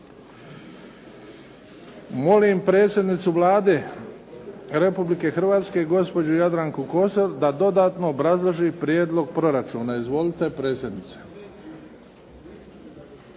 Molim predsjednicu Vlade Republike Hrvatske gospođu Jadranku Kosor da dodatno obrazloži prijedlog proračuna. Izvolite predsjednice.